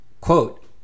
quote